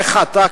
איך אתה,